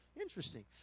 Interesting